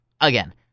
again